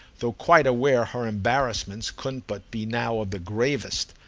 though quite aware her embarrassments couldn't but be now of the gravest.